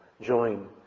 join